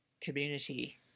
community